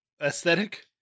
aesthetic